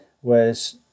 whereas